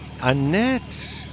Annette